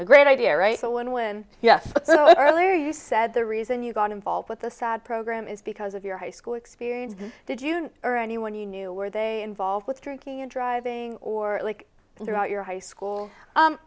a great idea right so when yes so earlier you said the reason you got involved with the sad program is because of your high school experience did you or anyone you knew were they involved with drinking and driving or like throughout your high school u